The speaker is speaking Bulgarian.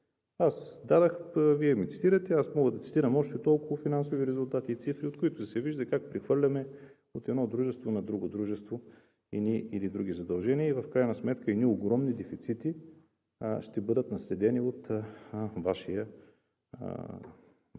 Аз дадох, Вие ми цитирате, аз мога да цитирам още толкова финансови резултати и цифри, от които да се вижда как прехвърляме от едно дружество на друго дружество едни или други задължения и в крайна сметка едни огромни дефицити ще бъдат наследени от Вашия